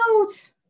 out